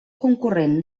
concurrent